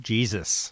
Jesus